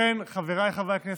לכן, חבריי חברי הכנסת,